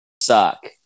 suck